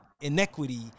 inequity